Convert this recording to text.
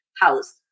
house